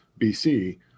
BC